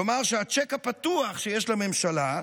כלומר, הצ'ק הפתוח שיש לממשלה,